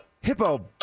Hippo